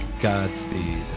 Godspeed